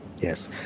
Yes